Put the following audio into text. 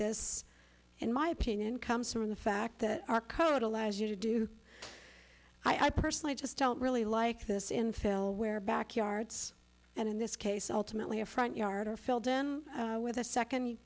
this in my opinion comes from the fact that our code allows you to do i personally just don't really like this infill where backyards and in this case ultimately a front yard are filled with a second